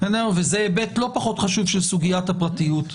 וזה היבט לא פחות חשוב של סוגיית הפרטיות.